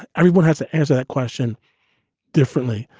everyone has to ask that question differently.